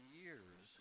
years